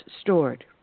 stored